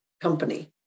company